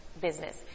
business